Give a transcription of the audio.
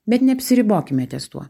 bet neapsiribokime ties tuo